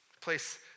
Place